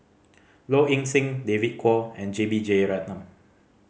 Low Ing Sing David Kwo and J B Jeyaretnam